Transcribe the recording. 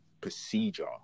procedure